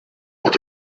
not